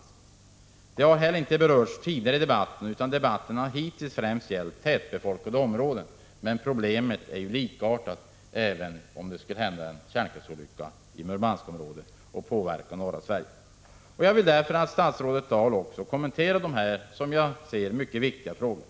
Inte heller den saken har berörts tidigare i debatten, utan debatten har hittills främst gällt tätbefolkade områden. Problemet är dock detsamma för norra Sverige, om en kärnkraftsolycka skulle inträffa i Murmanskområdet. Jag vill således att statsrådet Dahl också kommenterar dessa enligt min mening mycket viktiga frågor.